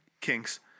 kinks